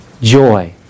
joy